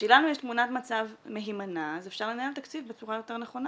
כשלנו יש תמונת מצב מהימנה אז אפשר לנהל תקציב בצורה יותר נכונה.